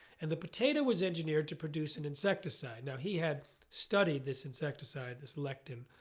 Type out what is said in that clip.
and the potato was engineered to produce an insecticide. now, he had studied this insecticide, it's lectin,